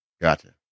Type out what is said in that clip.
Gotcha